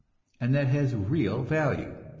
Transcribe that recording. and that has real value.